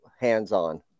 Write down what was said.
hands-on